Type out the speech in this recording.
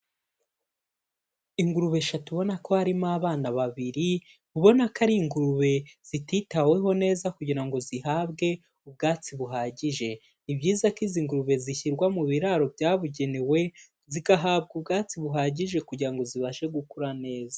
Ingurube eshatu ubona ko harimo abana babiri, ubona ko ari ingurube zititaweho neza kugira ngo zihabwe ubwatsi buhagije, ibyiza ko izi ngurube zishyirwa mu biraro byabugenewe, zigahabwa ubwatsi buhagije kugira ngo zibashe gukura neza.